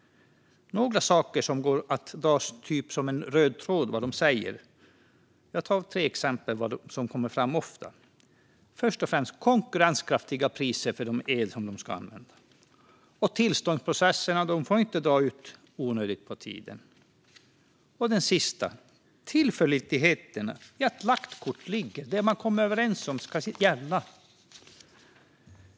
Det går en röd tråd genom några saker. Jag ska ge tre exempel som ofta kommer fram. Först är det konkurrenskraftiga priser för den el som man ska använda. Sedan är det att tillståndsprocesserna inte får dra ut på tiden i onödan. Och det sista är tillförlitligheten, att lagt kort ligger. Det man kommer överens om ska gälla.